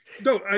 no